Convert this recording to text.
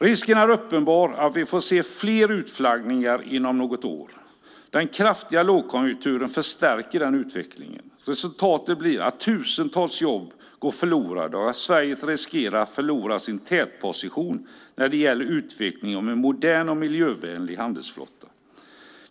Risken är uppenbar att vi får se fler utflaggningar inom något år. Den kraftiga lågkonjunkturen förstärker den utvecklingen. Resultatet blir att tusentals jobb går förlorade och att Sverige riskerar att förlora sin tätposition när det gäller utvecklingen av en modern och miljövänlig handelsflotta.